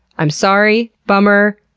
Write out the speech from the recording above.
i'm sorry! bummer!